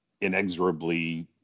inexorably